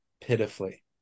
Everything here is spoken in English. pitifully